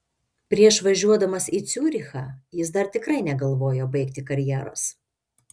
prieš važiuodamas į ciurichą jis dar tikrai negalvojo baigti karjeros